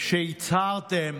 שהצהרתם